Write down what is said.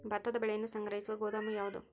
ಭತ್ತದ ಬೆಳೆಯನ್ನು ಸಂಗ್ರಹಿಸುವ ಗೋದಾಮು ಯಾವದು?